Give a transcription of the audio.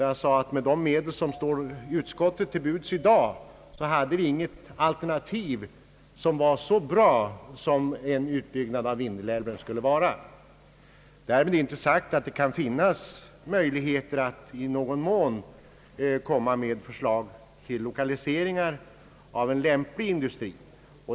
Jag sade att utskottet med de medel som i dag står till buds inte hade något alternativ som är så bra som en utbyggnad av Vindelälven. Därmed är inte sagt att det inte kan finnas möjligheter att i någon mån komma med förslag till lokalisering av en lämplig industri.